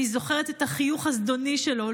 אני זוכרת את החיוך הזדוני שלו.